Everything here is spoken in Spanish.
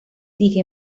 dije